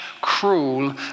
cruel